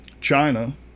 China